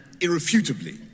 irrefutably